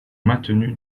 maintenues